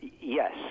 Yes